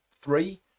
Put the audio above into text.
Three